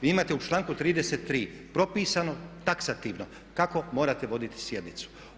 Vi imate u članku 33. propisano taksativno kako morate voditi sjednicu.